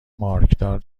مارکدار